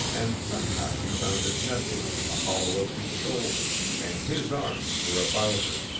and somehow he found it nestling in the hollow of his shoulder, and his arms were about her.